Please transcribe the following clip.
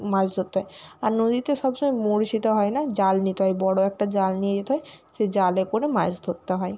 মাছ ধরতে হয় আর নদীতে সবসময় বঁড়শিতে হয় না জাল নিতে হয় বড় একটা জাল নিয়ে যেতে হয় সেই জালে করে মাছ ধরতে হয়